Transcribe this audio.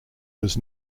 was